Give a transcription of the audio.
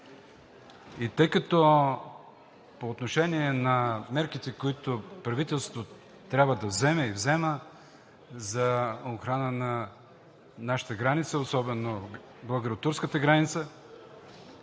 И тъй като по отношение на мерките, които правителството трябва да вземе и взема за охрана на нашата граница, особено на българо-турската граница,